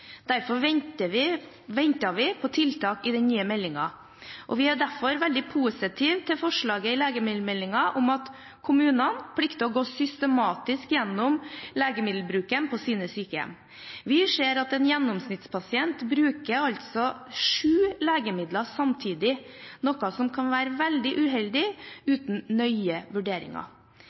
vi på tiltak i den nye meldingen. Vi er derfor veldig positive til forslaget i legemiddelmeldingen om at kommunene plikter å gå systematisk igjennom legemiddelbruken på sine sykehjem. Vi ser altså at en gjennomsnittspasient bruker sju legemidler samtidig, noe som kan være veldig uheldig uten nøye vurderinger.